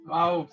Wow